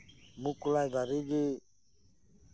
ᱢᱩᱠ ᱠᱚᱞᱟᱭ ᱫᱟᱨᱮᱜᱮ